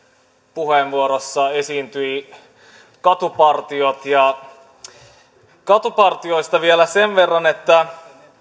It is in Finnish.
puheenvuorossa esiintyivät katupartiot katupartioista vielä sen verran että